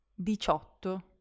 diciotto